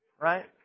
Right